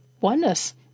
oneness